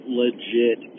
legit